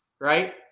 right